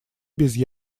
без